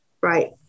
Right